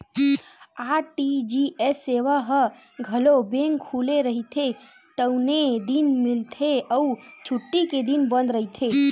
RTGS सेवा ह घलो बेंक खुले रहिथे तउने दिन मिलथे अउ छुट्टी के दिन बंद रहिथे